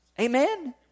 amen